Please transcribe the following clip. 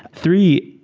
three,